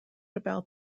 about